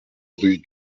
rue